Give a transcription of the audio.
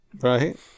Right